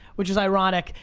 which is ironic,